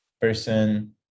person